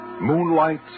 Moonlight